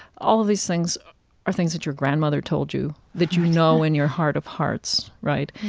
all of these things are things that your grandmother told you, that you know in your heart of hearts. right?